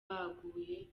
baguye